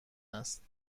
است